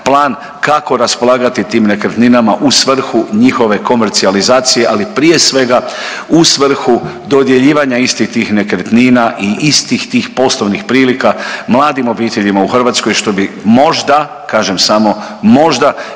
plan kako raspolagati tim nekretninama u svrhu njihove komercijalizacije. Ali prije svega u svrhu dodjeljivanja istih tih nekretnina i istih tih poslovnih prilika mladim obiteljima u Hrvatskoj što bi možda, kažem samo možda